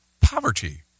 Poverty